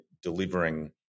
delivering